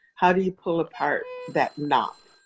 how do you pull apart that knot?